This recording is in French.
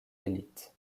élites